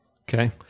Okay